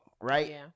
right